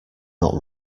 not